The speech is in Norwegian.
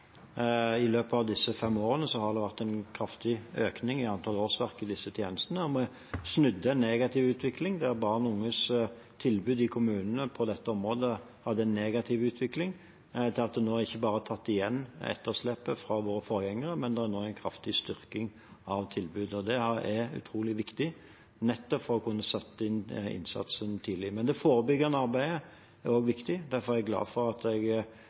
I løpet av disse fem årene har det vært en kraftig økning i antall årsverk i disse tjenestene. Vi snudde en negativ utvikling for barn og unges tilbud på dette området i kommunene til at vi nå ikke bare har tatt igjen etterslepet fra våre forgjengere, men har en kraftig styrking av tilbudet. Det er utrolig viktig, nettopp for å kunne sette inn innsatsen tidlig. Men det forebyggende arbeidet er også viktig. Derfor er jeg glad for at jeg